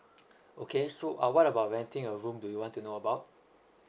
okay so uh what about renting a room do you want to know about